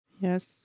Yes